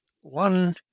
one